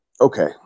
okay